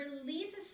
releases